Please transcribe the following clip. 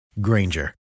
Granger